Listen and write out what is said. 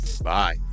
Bye